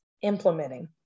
implementing